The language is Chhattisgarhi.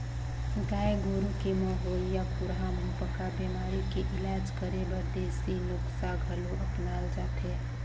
गाय गोरु के म होवइया खुरहा मुहंपका बेमारी के इलाज करे बर देसी नुक्सा घलो अपनाल जाथे